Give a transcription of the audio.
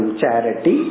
charity